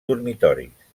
dormitoris